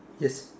yes